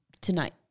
Tonight